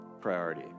priority